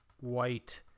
white